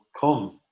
come